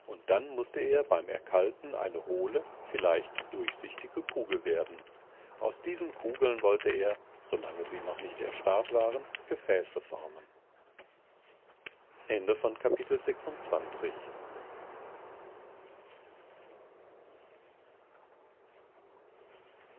dann mußte er beim erkalten eine hohle vielleicht durchsichtige kugel werden aus diesen kugeln wollte er solange sie noch nicht erstarrt waren gefäße formen